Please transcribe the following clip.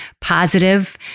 positive